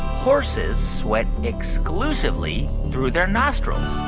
horses sweat exclusively through their nostrils?